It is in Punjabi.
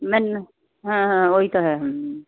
ਮੈਨ ਹਾਂ ਹਾਂ ਉਹ ਹੀ ਤਾਂ ਹੈ ਹਮ